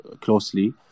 closely